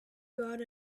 got